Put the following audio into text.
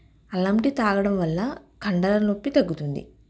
అల్లం టీ తాగడం వల్ల కండరాల నొప్పి తగ్గుతుంది